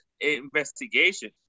investigation